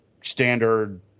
standard